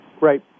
Right